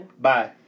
Bye